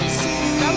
see